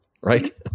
right